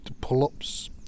Pull-ups